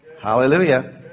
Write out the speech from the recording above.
Hallelujah